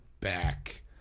back